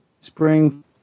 spring